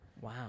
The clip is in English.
wow